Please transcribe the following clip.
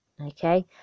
Okay